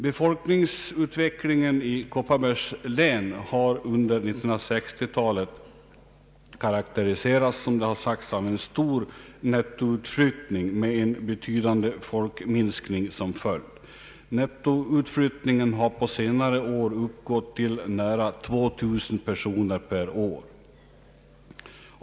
Befolkningsutvecklingen i Kopparbergs län har under 1960-talet karakteriserats — såsom tidigare har sagts — av en stor nettoutflyttning med en betydande folkminskning som följd. Nettoutflyttningen har på senare år uppgått till nära 2 000 personer per år.